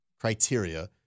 criteria